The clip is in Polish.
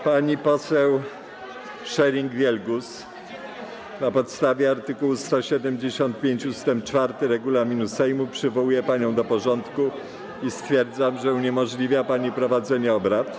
Pani poseł Scheuring-Wielgus, na podstawie art. 175 ust. 4 regulaminu Sejmu przywołuję panią do porządku i stwierdzam, że uniemożliwia pani prowadzenie obrad.